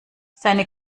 seine